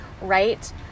right